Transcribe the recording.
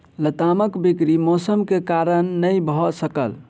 लतामक बिक्री मौसम के कारण नै भअ सकल